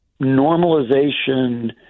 normalization